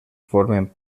formen